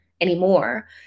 anymore